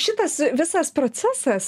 šitas visas procesas